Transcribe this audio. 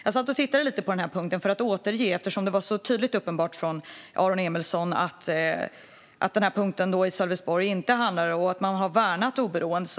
Jag tittade på denna punkt eftersom Aron Emilsson menar att man i den värnar oberoende.